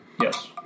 Yes